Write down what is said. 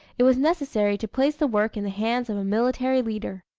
it was necessary to place the work in the hands of a military leader.